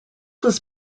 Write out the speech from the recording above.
was